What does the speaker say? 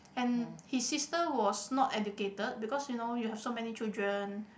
and his sister was not educated because you know you have so many children